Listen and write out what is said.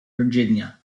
virginia